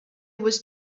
was